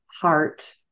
heart